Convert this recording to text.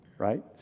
right